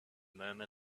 murmur